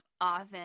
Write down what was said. often